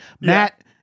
Matt